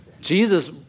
Jesus